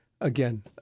again